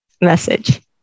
message